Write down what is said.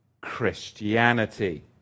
Christianity